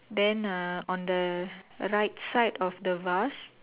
then ah on the right side of the vase